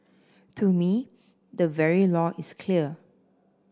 to me the very law is clear